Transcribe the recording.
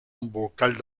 embolcall